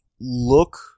look